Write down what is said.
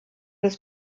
des